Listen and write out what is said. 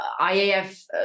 IAF